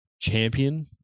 champion